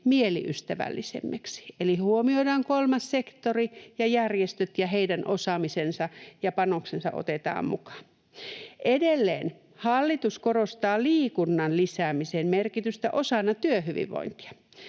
mieliystävällisemmäksi.” Eli huomioidaan kolmas sektori ja järjestöt ja heidän osaamisensa ja panoksensa otetaan mukaan. Edelleen: ”Hallitus korostaa liikunnan lisäämisen merkitystä osana työhyvinvointia.